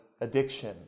addiction